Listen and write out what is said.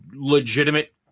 legitimate